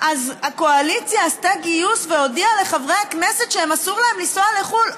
אז הקואליציה עשתה גיוס והודיעה לחברי הכנסת שאסור להם לנסוע לחו"ל.